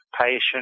patient